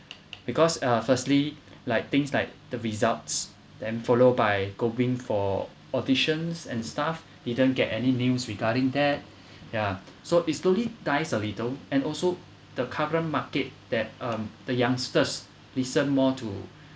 because uh firstly like things like the results then followed by going for auditions and stuff didn't get any news regarding that yeah so is slowly dies a little and also the current market that um the youngsters listen more to